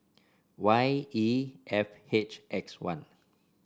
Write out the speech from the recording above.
Y E F H X one